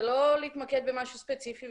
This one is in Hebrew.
ולא להתמקד במשהו ספציפי.